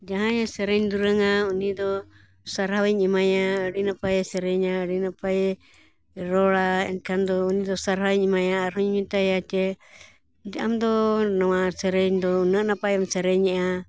ᱡᱟᱦᱟᱸᱭ ᱥᱮᱨᱮᱧ ᱫᱩᱨᱟᱹᱝᱟ ᱩᱱᱤᱫᱚ ᱥᱟᱨᱦᱟᱣᱤᱧ ᱮᱢᱟᱭᱟ ᱟᱹᱰᱤ ᱱᱟᱯᱟᱭᱮ ᱥᱮᱨᱮᱧᱟ ᱟᱹᱰᱤ ᱱᱟᱯᱟᱭᱮ ᱨᱚᱲᱟ ᱮᱱᱠᱷᱟᱱ ᱫᱚ ᱩᱱᱤᱫᱚ ᱥᱟᱨᱦᱟᱣᱤᱧ ᱮᱢᱟᱭᱟ ᱟᱨᱦᱚᱸᱧ ᱢᱮᱛᱟᱭᱟ ᱡᱮ ᱟᱢᱫᱚ ᱱᱚᱣᱟ ᱥᱮᱨᱮᱧ ᱫᱚ ᱩᱱᱟᱹᱜ ᱱᱟᱯᱟᱭᱮᱢ ᱥᱮᱨᱮᱧᱮᱜᱼᱟ